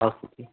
अस्तु जि